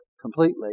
completely